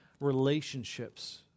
relationships